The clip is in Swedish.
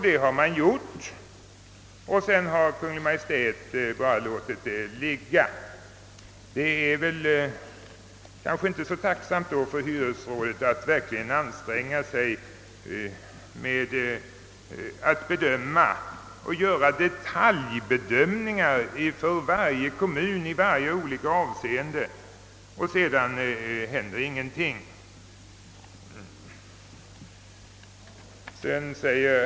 Detta har hyresrådet gjort, och sedan har Kungl. Maj:t bara låtit deras utredning och förslag ligga. Det är kanske inte så tacksamt för hyresrådet att verkligen anstränga sig med att göra detaljbedömningar i varje kommun i varje olika avseende när sedan ingenting händer.